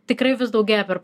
tikrai vis daugėja per